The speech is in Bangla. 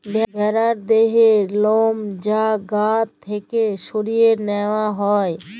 ভ্যারার দেহর লম যা গা থ্যাকে সরাঁয় লিয়া হ্যয়